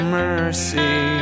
mercy